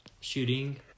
shooting